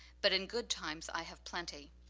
but in good times i have plenty.